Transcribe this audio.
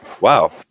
wow